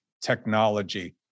technology